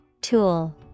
Tool